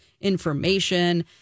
information